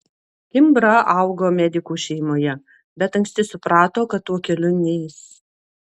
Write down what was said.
kimbra augo medikų šeimoje bet anksti suprato kad tuo keliu neis